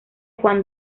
juan